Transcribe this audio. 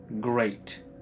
great